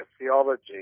theology